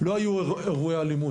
לא היו אירועי אלימות,